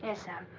yeah sir.